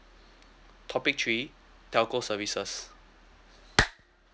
topic three telco services